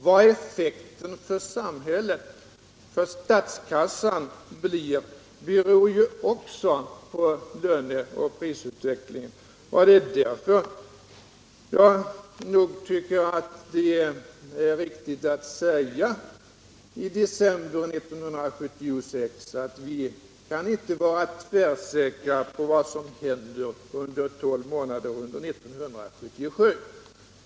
Vad effekten för statskassan blir beror ju också på löne och prisutvecklingen. Det är därför jag nog tycker att det är riktigt att säga i december 1976 att vi inte kan vara tvärsäkra på vad som händer under de tolv månaderna år 1977.